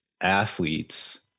athletes